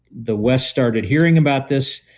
the west started hearing about this.